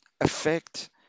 affect